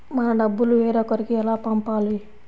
మన డబ్బులు వేరొకరికి ఎలా పంపాలి?